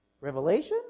Revelation